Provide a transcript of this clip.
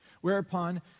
Whereupon